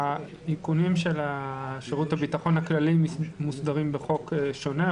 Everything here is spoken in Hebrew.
האיכונים של שירות הביטחון הכללי מוסדרים בחוק שונה,